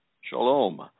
Shalom